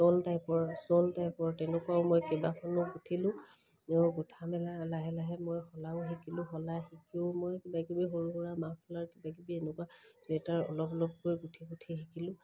চল টাইপৰ চল টাইপৰ তেনেকুৱাও মই কেইবাখনো গুঁঠিলোঁ গোঁঠা মেলা লাহে লাহে মই শলাও শিকিলোঁ শলাই শিকিও মই কিবাকিবি সৰু সুৰা মাফলাৰ কিবাকিবি এনেকুৱা চুৱেটাৰ অলপ অলপ গৈ গুঁঠি গুঁঠি শিকিলোঁ